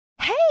Hey